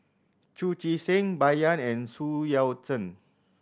Chu Chee Seng Bai Yan and Su Yao Zhen